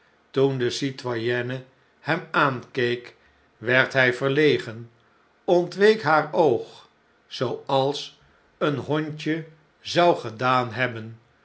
maken toendecitoyenne hem aankeek werd hjj verlegen ontweekhaar oog zooals een hondje zou gedaan hebben